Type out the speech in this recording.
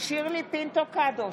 שירלי פינטו קדוש,